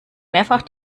mehrfach